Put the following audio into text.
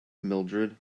mildrid